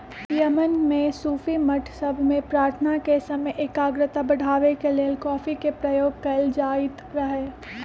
Yemen में सूफी मठ सभ में प्रार्थना के समय एकाग्रता बढ़ाबे के लेल कॉफी के प्रयोग कएल जाइत रहै